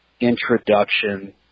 introduction